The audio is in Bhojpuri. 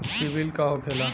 सीबील का होखेला?